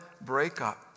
breakup